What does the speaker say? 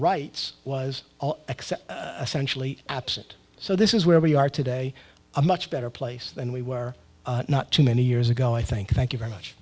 rights was essentially absent so this is where we are today a much better place than we were not too many years ago i think thank you very much